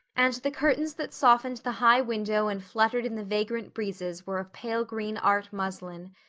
and the curtains that softened the high window and fluttered in the vagrant breezes were of pale-green art muslin.